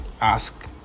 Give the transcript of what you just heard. ask